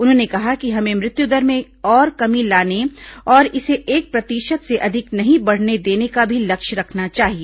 उन्होंने कहा कि हमें मृत्युदर में और कमी लाने और इसे एक प्रतिशत से अधिक नहीं बढ़ने देने का भी लक्ष्य रखना चाहिए